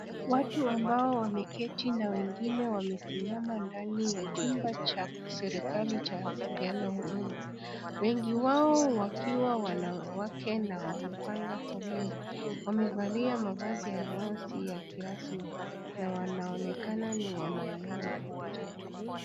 Watu ambao wameketi na wengine wamesimama ndani ya chumba cha serikali cha kupeana huduma. Wengi wao wakiwa wanawake na wamepanga foleni. Wamevalia mavazi ambayo si ya kirasmi. Na wanaonekana ni wa maeneo ya mjini.